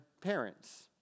parents